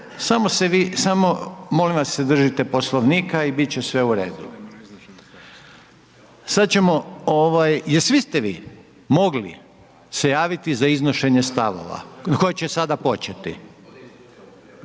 Ne, ne, samo molim vas se držite Poslovnika i bit će sve u redu. Sad ćemo, jer svi ste vi mogli se javiti za iznošenje stavova koje će sada početi.